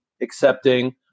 accepting